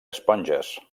esponges